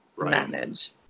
manage